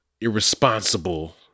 irresponsible